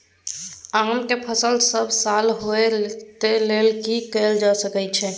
आम के फसल सब साल होय तै लेल की कैल जा सकै छै?